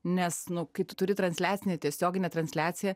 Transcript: nes nu kai tu turi transliacinį tiesioginę transliaciją